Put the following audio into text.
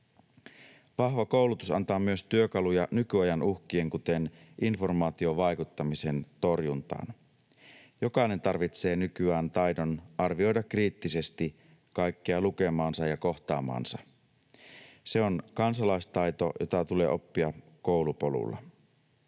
Vahva koulutus antaa myös työkaluja nykyajan uhkien, kuten informaatiovaikuttamisen, torjuntaan. Jokainen tarvitsee nykyään taidon arvioida kriittisesti kaikkea lukemaansa ja kohtaamaansa. Se on kansalaistaito, jota tulee oppia koulupolulla.